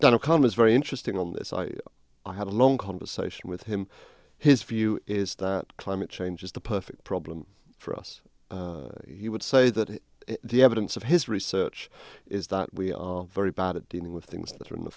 column is very interesting on this i had a long conversation with him his view is that climate change is the perfect problem for us he would say that the evidence of his research is that we are very bad at dealing with things that are in the